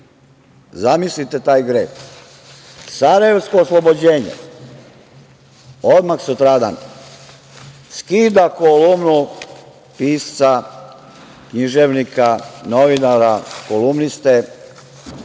Zamisliste taj greh.„Sarajevsko oslobođenje“ odmah sutradan skida kolumnu pisca, književnika, novinara, kolumniste,